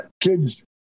kids